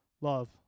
Love